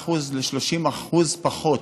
25% ל-30% פחות,